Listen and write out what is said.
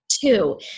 two